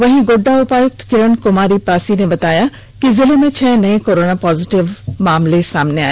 वहीं गोड्डा उपायुक्त किरण कुमारी पासी ने बताया कि जिले में छह नए कोरोना पॉजिटिव मरीज पाए गए